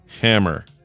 Hammer